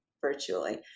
virtually